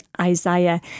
Isaiah